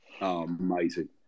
Amazing